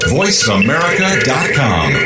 voiceamerica.com